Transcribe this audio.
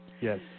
Yes